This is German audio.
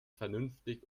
vernünftig